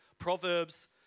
Proverbs